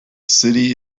city